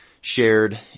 shared